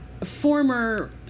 former